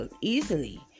easily